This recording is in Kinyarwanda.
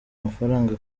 amafaranga